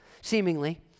seemingly